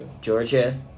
Georgia